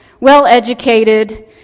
well-educated